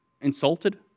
insulted